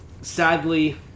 Sadly